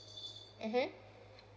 (uh huh)